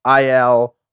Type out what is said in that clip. IL